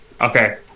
Okay